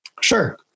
Sure